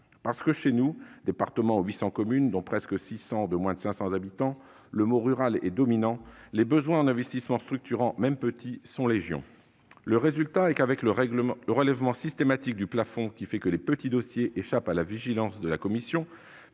pas. Dans mon département, qui compte 800 communes, dont presque 600 de moins de 500 habitants, le mot « rural » est dominant, et les besoins en investissements structurants, même petits, sont légion. Résultat, avec le relèvement systématique du plafond- de ce fait, les petits dossiers échappent à la vigilance de la commission